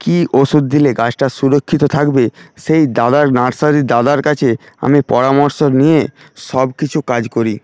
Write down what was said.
কি ওষুধ দিলে গাছটা সুরক্ষিত থাকবে সেই দাদার নার্সারির দাদার কাছে আমি পরামর্শ নিয়ে সব কিছু কাজ করি